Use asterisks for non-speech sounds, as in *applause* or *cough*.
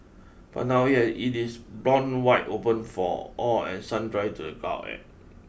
but now yet it is blown wide open for all and sundry to gawk at *noise*